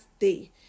day